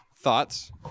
Thoughts